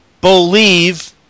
believe